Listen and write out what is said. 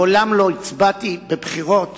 מעולם לא הצבעתי בבחירות